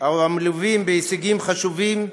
המלווים בהישגים חשובים,